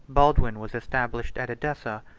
baldwin was established at edessa,